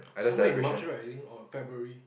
somewhere in March right I think or February